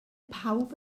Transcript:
pawb